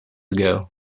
ago